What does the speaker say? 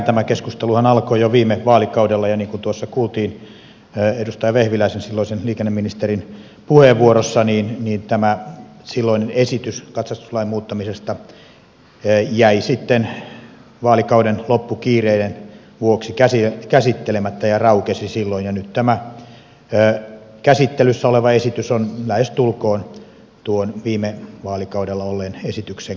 tämä keskusteluhan alkoi jo viime vaalikaudella ja niin kuin tuossa kuultiin edustaja vehviläisen silloisen liikenneministerin puheenvuorossa niin tämä silloinen esitys katsastuslain muuttamisesta jäi sitten vaalikauden loppukiireiden vuoksi käsittelemättä ja raukesi silloin ja nyt tämä käsittelyssä oleva esitys on lähestulkoon tuon viime vaalikaudella olleen esityksen kaltainen